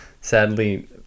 sadly